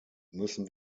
müssen